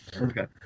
Okay